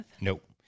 Nope